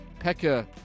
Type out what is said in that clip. Pekka